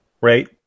right